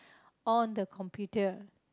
on the computer